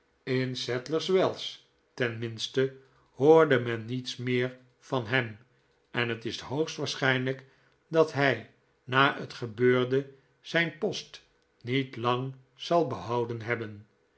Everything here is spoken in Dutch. hoorjozef grimaldi de men niets meer van hem en het is hoogst waarschynlijk dat hij na het gebeurde zijn post niet lang zal behouden hebben